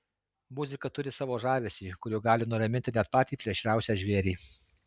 muzika turi savo žavesį kuriuo gali nuraminti net patį plėšriausią žvėrį